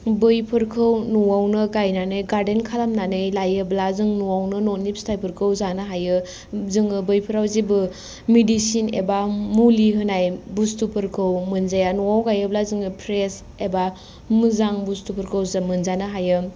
बैफोरखौ न'वावनो गायनानै गार्देन खालामनानै लायोब्ला जों न'वावनो न'नि फिथाइफोरखौ जानो हायो जोङो बैफोराव जेबो मेडिसिन एबा मुलि होनाय बुस्तुफोरखौ मोनजाया न'वाव गायोब्ला जोङो फ्रेस एबा मोजां बुस्तुफोरखौ मोनजानो हायो